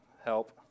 help